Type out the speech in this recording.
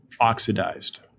oxidized